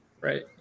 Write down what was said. Right